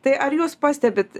tai ar jūs pastebit